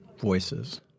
voices